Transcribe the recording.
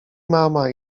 mama